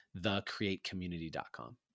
thecreatecommunity.com